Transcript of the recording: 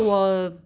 不用买